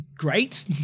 Great